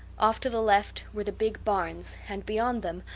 off to the left were the big barns and beyond them,